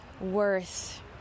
worth